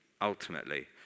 ultimately